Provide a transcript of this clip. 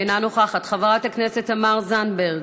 אינה נוכחת, חברת הכנסת תמר זנדברג,